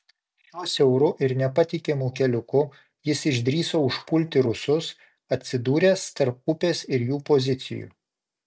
šiuo siauru ir nepatikimu keliuku jis išdrįso užpulti rusus atsidūręs tarp upės ir jų pozicijų